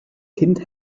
kind